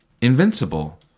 Invincible